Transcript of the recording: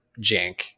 jank